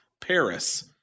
Paris